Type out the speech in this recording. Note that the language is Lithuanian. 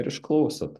ir išklausot